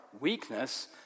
weakness